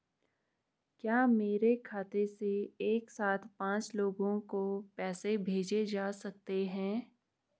क्या मेरे खाते से एक साथ पांच लोगों को पैसे भेजे जा सकते हैं?